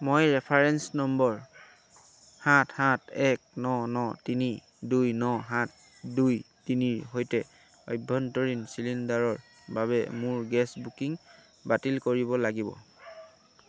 মই reference number সাত সাত এক ন ন তিনি দুই ন সাত দুই তিনিৰ সৈতে আভ্যন্তৰীণ চিলিণ্ডাৰৰ বাবে মোৰ গেছ বুকিং বাতিল কৰিব লাগিব